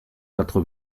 quatre